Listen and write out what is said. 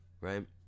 Right